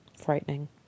Frightening